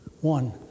One